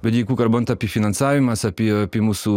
bet jeigu kalbant apie finansavimas apie apie mūsų